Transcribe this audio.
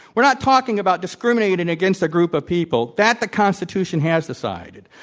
we're not talking about discriminating against a group of people. that the constitution has decided.